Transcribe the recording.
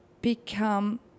become